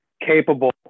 capable